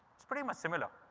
is pretty much similar.